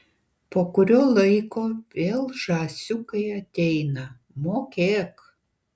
po kurio laiko vėl žąsiukai ateina mokėk